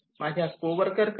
माझ्या coworker कडे